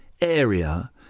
area